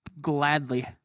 gladly